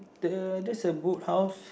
the that's a boat house